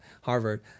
Harvard